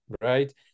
right